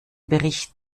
bericht